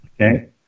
Okay